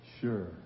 Sure